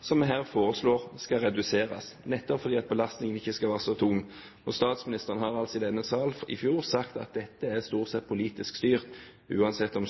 som man her foreslår skal reduseres, nettopp for at belastningen ikke skal være så tung. Statsministeren sa i denne sal i fjor at dette stort sett er politisk styrt, uansett om